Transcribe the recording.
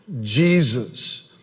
Jesus